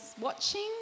watching